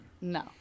No